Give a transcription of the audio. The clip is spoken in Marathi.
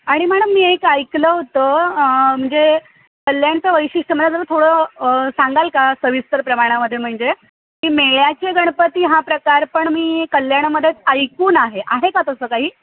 आणि मॅडम मी एक ऐकलं होतं म्हणजे कल्याणचं वैशिष्ट्य मला जरा थोडं सांगाल का सविस्तर प्रमाणामध्ये म्हणजे की मेळ्याचे गणपती हा प्रकार पण मी कल्याणमध्येच ऐकून आहे आहे का तसं काही